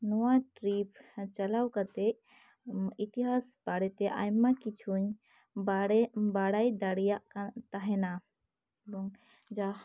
ᱱᱚᱣᱟ ᱴᱨᱤᱯ ᱪᱟᱞᱟᱣ ᱠᱟᱛᱮᱫ ᱤᱛᱤᱦᱟᱥ ᱵᱟᱨᱮᱛᱮ ᱟᱭᱢᱟ ᱠᱤᱪᱷᱩᱧ ᱵᱟᱲᱮ ᱵᱟᱲᱟᱭ ᱫᱟᱲᱮᱭᱟᱜ ᱠᱟᱱ ᱛᱟᱦᱮᱸᱱᱟ ᱮᱵᱚᱝ ᱡᱟᱦᱟᱸ